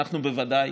אנחנו בוודאי,